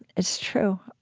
it's true,